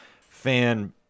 fan –